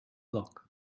lock